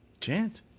Chant